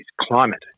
climate